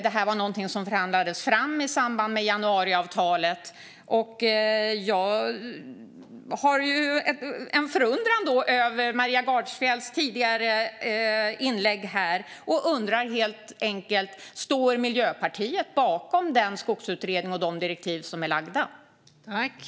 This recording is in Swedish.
Det var någonting som förhandlades fram i januariavtalet, och jag känner förundran över Maria Gardfjells tidigare inlägg. Jag undrar helt enkelt: Står Miljöpartiet bakom den skogsutredningen och direktiven till den?